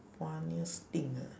funniest thing ah